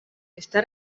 està